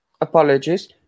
apologies